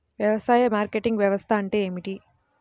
వ్యవసాయ మార్కెటింగ్ వ్యవస్థ అంటే ఏమిటి?